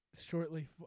shortly